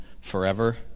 forever